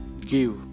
Give